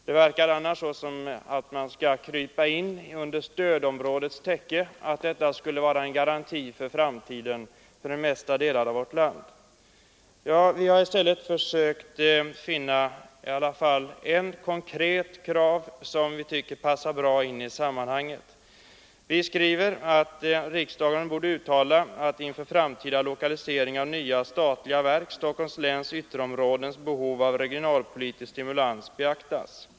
Det verkar annars som om det för de flesta delarna av vårt land skulle vara en garanti för framtiden att få krypa in under stödområdets täcke. Vi har i stället försökt att framföra åtminstone ett konkret krav, som vi tycker passar bra i detta sammanhang. Vi skriver att riksdagen borde uttala att inför framtida lokalisering av nya statliga verk Stockholms läns ytterområdens behov av regionalpolitisk stimulans beaktas.